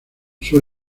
sur